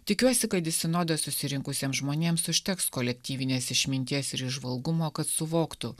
tikiuosi kad į sinodą susirinkusiems žmonėms užteks kolektyvinės išminties ir įžvalgumo kad suvoktų